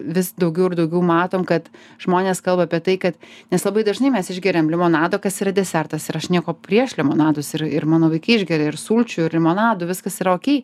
vis daugiau ir daugiau matom kad žmonės kalba apie tai kad nes labai dažnai mes išgeriam limonado kas yra desertas ir aš nieko prieš limonadus ir ir mano vaikai išgeria ir sulčių ir limonadų viskas yra okei